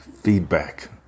feedback